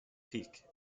peak